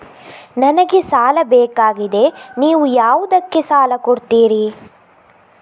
ನನಗೆ ಸಾಲ ಬೇಕಾಗಿದೆ, ನೀವು ಯಾವುದಕ್ಕೆ ಸಾಲ ಕೊಡ್ತೀರಿ?